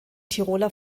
tiroler